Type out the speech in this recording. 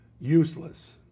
useless